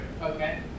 Okay